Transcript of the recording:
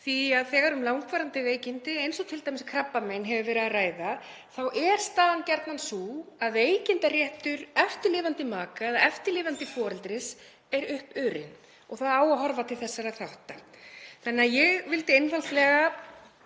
því að þegar um langvarandi veikindi, eins og t.d. krabbamein, hefur verið að ræða þá er staðan gjarnan sú að veikindaréttur eftirlifandi maka eða eftirlifandi foreldris er uppurinn. Það á að horfa til þessara þátta. Ég vildi einfaldlega